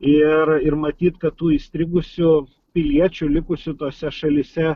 ir ir matyt kad tų įstrigusių piliečių likusių tose šalyse